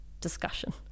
discussion